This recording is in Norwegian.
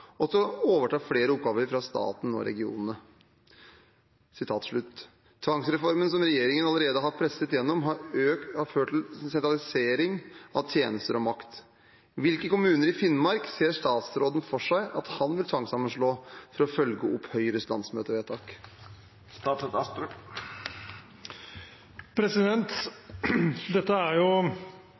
og til å overta flere oppgaver fra staten og regionene.» Tvangsreformen som regjeringen allerede har presset gjennom har ført til en sentralisering av tjenester og makt. Hvilke kommuner i Finnmark ser statsråden for seg at han vil tvangssammenslå for å følge opp Høyres landsmøtevedtak?» Dette er